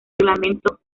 reglamento